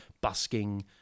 busking